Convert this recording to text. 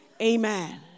Amen